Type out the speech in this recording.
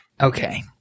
Okay